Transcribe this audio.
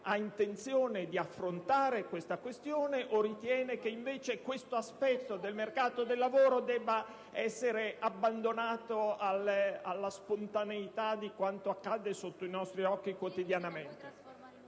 ha intenzione di affrontare questa questione o ritiene che questa parte del mercato del lavoro debba essere abbandonata a sé stessa, nonostante quanto accade sotto i nostri occhi quotidianamente.